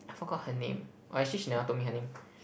I forgot her name or actually she never told me her name